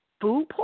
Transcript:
food